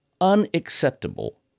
unacceptable